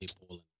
people